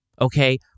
okay